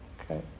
Okay